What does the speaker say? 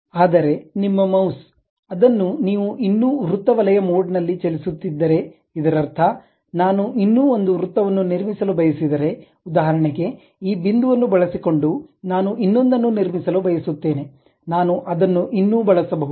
ಆದರೆ ನಿಮ್ಮ ಮೌಸ್ ಅದನ್ನು ನೀವು ಇನ್ನೂ ವೃತ್ತ ವಲಯ ಮೋಡ್ ನಲ್ಲಿ ಚಲಿಸುತ್ತಿದ್ದರೆ ಇದರರ್ಥ ನಾನು ಇನ್ನೂ ಒಂದು ವೃತ್ತವನ್ನು ನಿರ್ಮಿಸಲು ಬಯಸಿದರೆ ಉದಾಹರಣೆಗೆ ಈ ಬಿಂದುವನ್ನು ಬಳಸಿಕೊಂಡು ನಾನು ಇನ್ನೊಂದನ್ನು ನಿರ್ಮಿಸಲು ಬಯಸುತ್ತೇನೆ ನಾನು ಅದನ್ನು ಇನ್ನೂ ಬಳಸಬಹುದು